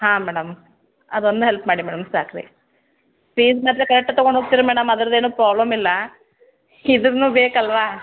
ಹಾ ಮೇಡಮ್ ಅದೊಂದೆ ಹೆಲ್ಪ್ ಮಾಡಿ ಮೇಡಮ್ ಸಾಕು ರಿ ಫೀಸ್ ಮಾತ್ರ ಕರೆಕ್ಟಾಗಿ ತಗೊಂಡು ಹೋಗ್ತೀರ ಮೇಡಮ್ ಅದ್ರದೇನು ಪ್ರಾಬ್ಲಮ್ ಇಲ್ಲ ಇದುನು ಬೇಕಲ್ವಾ